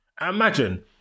Imagine